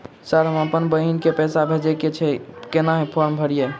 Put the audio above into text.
Sir हम अप्पन बहिन केँ पैसा भेजय केँ छै कहैन फार्म भरीय?